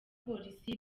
polisi